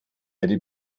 erde